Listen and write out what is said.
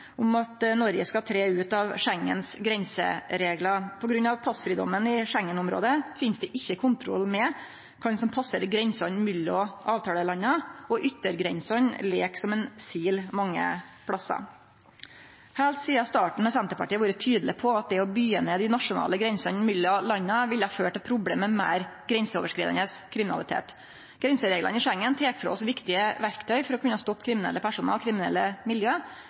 om at Noreg skal tre ut av Schengens grensereglar. På grunn av passfridomen i Schengen-området finst det ikkje kontroll med kven som passerer grensene mellom avtalelanda, og yttergrensene lek som ein sil mange plassar. Heilt sidan starten har Senterpartiet vore tydeleg på at det å byggje ned dei nasjonale grensene mellom landa ville føre til problem med meir grenseoverskridande kriminalitet. Grensereglane i Schengen tek frå oss viktige verktøy for å kunne stoppe kriminelle personar og kriminelle miljø,